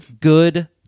good